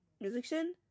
musician